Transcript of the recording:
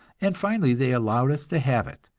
and finally they allowed us to have it,